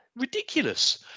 ridiculous